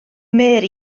mary